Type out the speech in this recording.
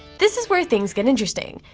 this is where things get interesting.